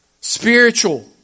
spiritual